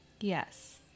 Yes